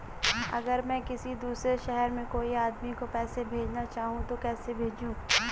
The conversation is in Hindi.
अगर मैं किसी दूसरे शहर में कोई आदमी को पैसे भेजना चाहूँ तो कैसे भेजूँ?